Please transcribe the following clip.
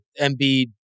Embiid